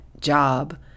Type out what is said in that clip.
job